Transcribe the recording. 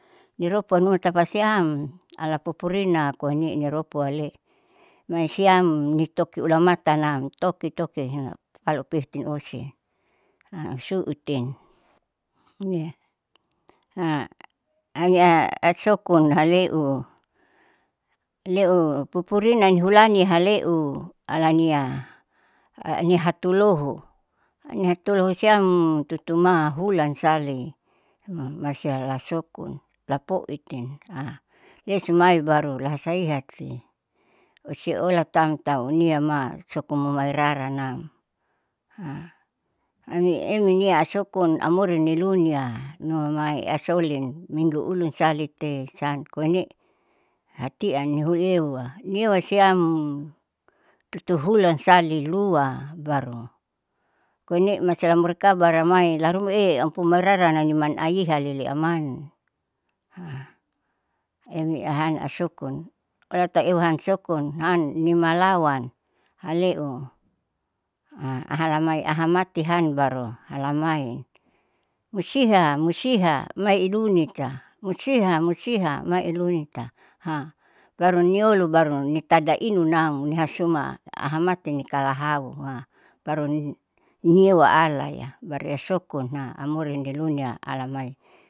Niropua numa tapasiam alapupurina koine niropua ale masiam niroku ulamatanam toki toki kalo pehitin osi hasu'utin amia sokun haleu leu pupurina nihulani haleu alania alania hatuloho, alania hatuloho siam tutu mahulan sali ma masia lasokun, lapiti. lesumai baru lahasiati osiolatam tau niama skomumairaranam ami eminiasokun amori nilunia nomai hasaulin minggu ulun salite sian koine hatia niuheua nihewa siam tutu hulan sali lua baru koine masuila mori kabar amai laharuma e ampumairaran naniman ahiya leleaman emi ahan asokun olatau euhan sokun han nimalawan haleu ahalamai ahamatihan baru halamai musiha musiha mai ilunita, musiha musiha mailunita baru niolu nitada inunam nihasuma ahamatin nikahau baru ni niewa alaya baru isokun amorin dilunia alamai.